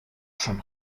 schon